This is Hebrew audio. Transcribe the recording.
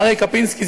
אריה קופינסקי,